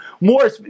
more